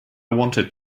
wanted